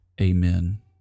amen